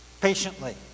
patiently